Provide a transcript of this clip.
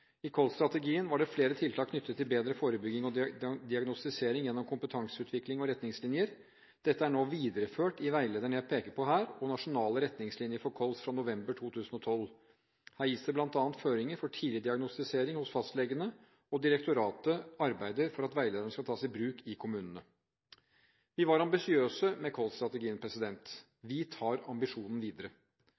I kolsstrategien var det flere tiltak knyttet til bedre forebygging og diagnostisering gjennom kompetanseutvikling og retningslinjer. Dette er nå videreført i veilederen jeg peker på her, og i nasjonale retningslinjer for kols fra november 2012. Her gis det bl.a. føringer for tidlig diagnostisering hos fastlegene, og direktoratet arbeider for at veilederen skal tas i bruk i kommunene. Vi var ambisiøse med kolsstrategien. Vi tar ambisjonen videre.